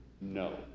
no